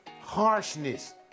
harshness